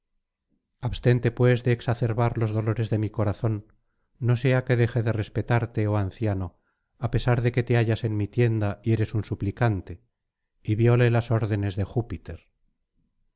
abstente pues de exacerbar los dolores de mi corazón no sea que deje de respetarte oh anciano á pesar de que te hallas en mi tienda y eres un suplicante y viole las órdenes de júpiter